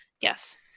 yes